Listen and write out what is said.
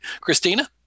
Christina